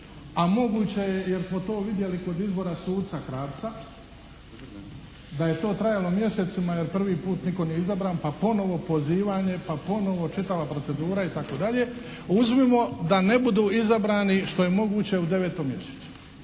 udaljen od mikrofona, ne razumije se./… da je to trajalo mjesecima jer prvi put nitko nije izabran, pa ponovo pozivanje, pa ponovo čitava procedura itd. Uzmimo da ne budu izabrani, što je moguće u 9. mjesecu.